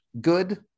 good